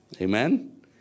Amen